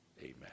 Amen